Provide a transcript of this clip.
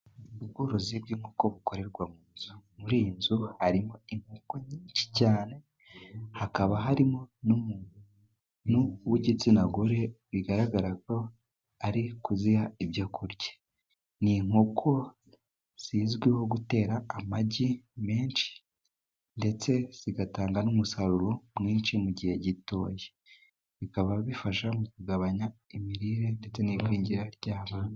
Ubworozi bw'inkoko bukorerwa muri iyi nzu, harimo inkoko nyinshi cyane, hakaba harimo n'umuntu w'igitsina gore bigaragara ko ari kuziha ibyo kurya, ni inkoko zizwiho gutera amagi menshi, ndetse zigatanga n'umusaruro mwinshi mu gihe gitoya, bikaba bifasha mu kugabanya imirire ndetse n'igwingira ry'abana.